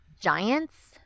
Giants